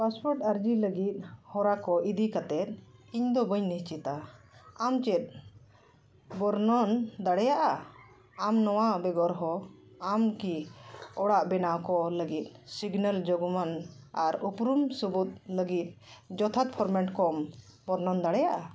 passport ᱟᱨᱡᱤ ᱞᱟᱹᱜᱤᱫ ᱦᱚᱨᱟ ᱠᱚ ᱤᱫᱤ ᱠᱟᱛᱮᱫ ᱤᱧᱫᱚ ᱵᱟᱹᱧ ᱱᱤᱥᱪᱤᱛᱟ ᱟᱢ ᱪᱮᱫ ᱵᱚᱨᱱᱚᱱ ᱫᱟᱲᱮᱭᱟᱜᱼᱟ ᱟᱢ ᱱᱚᱣᱟ ᱵᱮᱜᱚᱨ ᱦᱚᱸ ᱟᱢ ᱠᱤ ᱚᱲᱟᱜ ᱵᱮᱱᱟᱣ ᱠᱚ ᱞᱟᱹᱜᱤᱫ ᱥᱤᱜᱽᱱᱮᱞ ᱡᱚᱜᱽᱢᱟᱱ ᱟᱨ ᱩᱯᱨᱩᱢ ᱥᱟᱹᱵᱩᱫ ᱞᱟᱹᱜᱤᱫ ᱡᱚᱛᱷᱟᱛ ᱯᱷᱚᱨᱢᱮᱴ ᱠᱚᱢ ᱵᱚᱨᱱᱚᱱ ᱫᱟᱲᱮᱭᱟᱜᱼᱟ